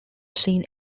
seen